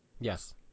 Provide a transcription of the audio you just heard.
Yes